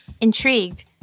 Intrigued